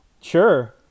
sure